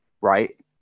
Right